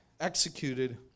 executed